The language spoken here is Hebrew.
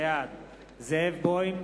בעד זאב בוים,